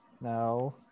No